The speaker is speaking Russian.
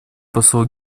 посол